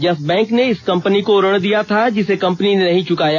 yes Bank ने इस company को ऋण दिया था जिसे कंपनी ने नहीं चुकाया